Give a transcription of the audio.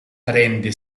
prende